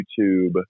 YouTube